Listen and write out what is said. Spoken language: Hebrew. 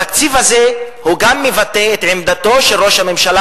התקציב הזה גם מבטא את עמדתו של ראש הממשלה,